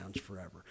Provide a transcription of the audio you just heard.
forever